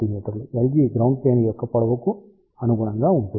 మీ Lg ground plane యొక్క పొడవుకు అనుగుణంగా ఉంటుంది